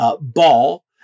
ball